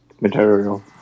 material